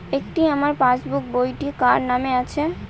এটি আমার পাসবুক বইটি কার নামে আছে?